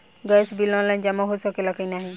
Gas bill online जमा हो सकेला का नाहीं?